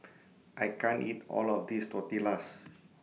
I can't eat All of This Tortillas